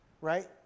right